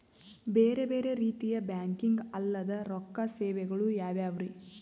ಬೇರೆ ಬೇರೆ ರೀತಿಯ ಬ್ಯಾಂಕಿಂಗ್ ಅಲ್ಲದ ರೊಕ್ಕ ಸೇವೆಗಳು ಯಾವ್ಯಾವ್ರಿ?